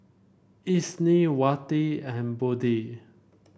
Isni Wati and Budi